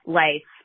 life